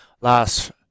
last